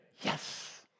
yes